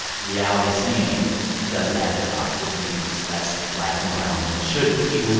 reality singing doesn't have hip-hop, which means it's less black and brown than it should be.